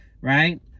right